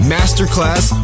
Masterclass